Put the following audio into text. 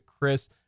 Chris